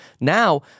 Now